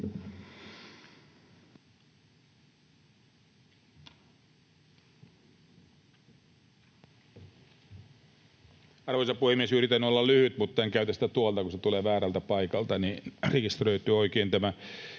Arvoisa puhemies! Yritän olla lyhyt, mutta en käytä puheenvuoroa tuolta, kun se tulee väärältä paikalta,